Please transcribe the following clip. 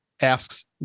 asks